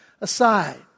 aside